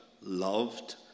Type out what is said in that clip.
loved